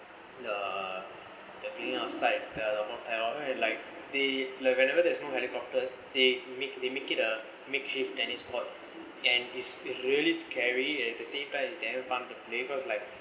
the the thing outside the hotel like they like whenever there's no helicopters they make they make it a makeshift tennis court and it's really scary and at the same time it's damn fun to play cause like